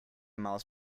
maus